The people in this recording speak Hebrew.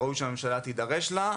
וראוי שהממשלה תידרש לה.